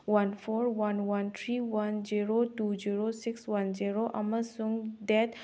one four one one three one zero two zero six one zero ꯑꯃꯁꯨꯡ ꯗꯦꯗ